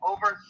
Over